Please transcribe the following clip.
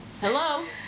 Hello